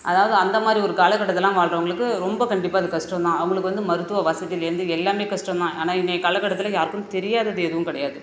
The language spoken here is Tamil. அதாவது அந்த மாதிரி ஒரு காலகட்டத்துலெலாம் வாழ்கிறவுங்களுக்கு ரொம்ப கண்டிப்பாக அது கஷ்டம் தான் அவங்களுக்கு வந்து மருத்துவ வசதியிலேருந்து எல்லாமே கஷ்டம் தான் ஆனால் இன்றைய காலகட்டத்தில் யாருக்கும் தெரியாதது எதுவும் கிடையாது